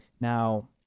Now